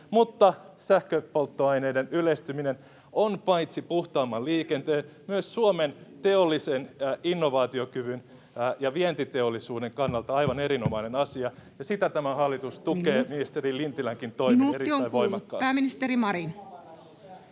mutta sähköpolttoaineiden yleistyminen on paitsi puhtaamman liikenteen myös Suomen teollisen innovaatiokyvyn ja vientiteollisuuden kannalta aivan erinomainen asia, ja sitä tämä hallitus tukee ministeri Lintilänkin toimin [Puhemies: Minuutti on